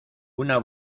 una